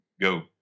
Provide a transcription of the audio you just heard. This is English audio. go